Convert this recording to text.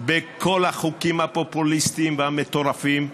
בכל החוקים הפופוליסטיים והמטורפים,